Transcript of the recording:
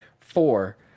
four